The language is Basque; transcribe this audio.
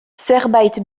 zerbait